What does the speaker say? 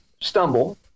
stumble